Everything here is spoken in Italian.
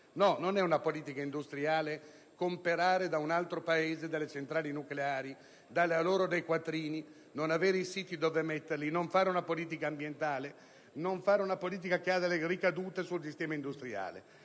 No, non è una politica industriale comprare da un altro Paese delle centrali nucleari, dare loro dei quattrini, non avere poi i siti dove collocarle, non fare una politica ambientale, né una politica che abbia ricadute sul sistema industriale.